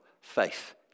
faith